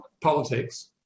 politics